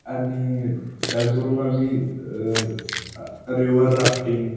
आणि त्याचबरोबर आम्ही रिव्हर राफ्टिंग